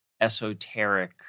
esoteric